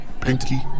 Pinky